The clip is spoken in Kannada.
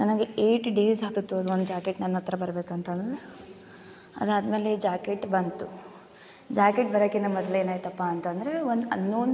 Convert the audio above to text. ನನಗೆ ಏಯ್ಟ್ ಡೇಸ್ ಆಗ್ತಿತ್ತು ಅದು ಒಂದು ಜಾಕೆಟ್ ನನ್ನ ಹತ್ತಿರ ಬರ್ಬೇಕು ಅಂತಂದರೆ ಅದು ಆದ್ಮೇಲೆ ಜಾಕೆಟ್ ಬಂತು ಜಾಕೆಟ್ ಬರೋಕಿನ ಮೊದಲು ಏನಾಯಿತಪ್ಪ ಅಂತಂದರೆ ಒಂದು ಅನ್ನೋನ್